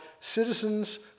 Citizens